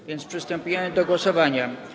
A więc przystępujemy do głosowania.